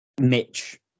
Mitch